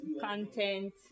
content